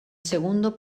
segundo